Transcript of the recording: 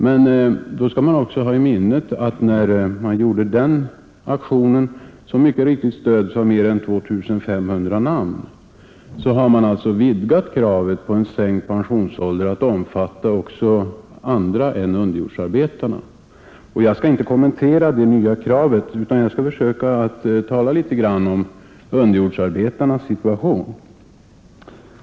Men då skall man också ha i minnet att när man gjorde den aktionen, som mycket riktigt stöds av 2 500 man, har man vidgat kravet på en sänkt pensionsålder att omfatta också andra än underjordsarbetarna. Jag skall inte kommentera det nya kravet utan jag skall försöka att tala litet grand om underjordsarbetarnas situation.